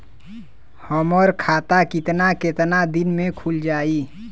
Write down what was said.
हमर खाता कितना केतना दिन में खुल जाई?